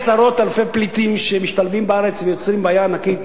עשרות אלפי פליטים שמשתלבים בארץ ויוצרים בעיה ענקית